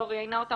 לא ראיינה אותם,